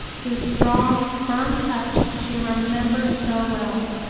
whose strong, firm touch she remembered so well!